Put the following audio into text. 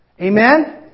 Amen